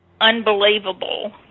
unbelievable